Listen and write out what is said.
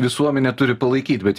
visuomenė turi palaikyt bet